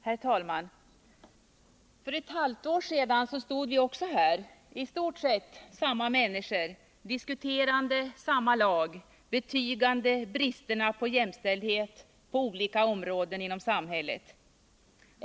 Herr talman! För ett halvt år sedan stod vi också här, i stort sett samma människor, diskuterande samma lag, betygande bristerna på jämställdhet på olika områden inom samhället.